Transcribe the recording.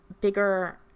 bigger